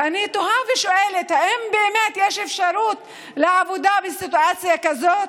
ואני תוהה ושואלת: האם באמת יש אפשרות לעבודה בסיטואציה כזאת?